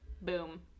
boom